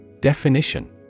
Definition